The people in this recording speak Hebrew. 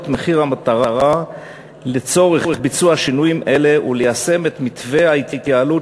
מחיר המטרה לצורך ביצוע שינויים אלה וליישם את מתווה ההתייעלות